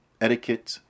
etiquette